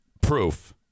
proof